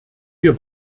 wir